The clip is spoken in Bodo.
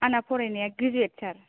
आंना फरायनाया ग्रेजुयेत सार